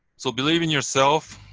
so believe in yourself.